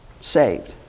saved